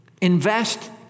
Invest